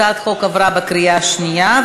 הצעת החוק עברה בקריאה שנייה.